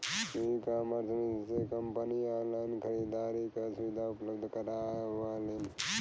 ecommerce से company online खरीदारी क सुविधा उपलब्ध करावलीन